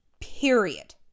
Period